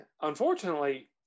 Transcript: Unfortunately